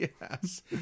Yes